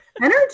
energy